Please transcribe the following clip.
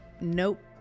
nope